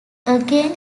again